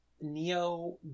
Neo